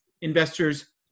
investors